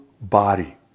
body